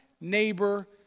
neighbor